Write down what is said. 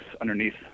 underneath